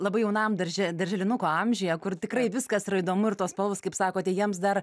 labai jaunam darže darželinuko amžiuje kur tikrai viskas yra įdomu ir tos spalvos kaip sakote jiems dar